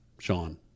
Sean